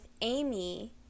Amy